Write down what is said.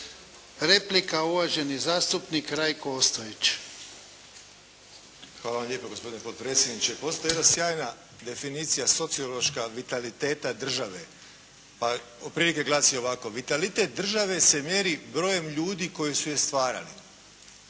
Replika uvaženi zastupnik Rajko Ostojić. **Ostojić, Rajko (SDP)** Hvala vam lijepa gospodine potpredsjedniče. Postoji jedna sjajna definicija sociološka vitaliteta države, pa otprilike glasi ovako: "Vitalitet države se mjeri brojem ljudi koji su je stvarali.".